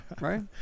Right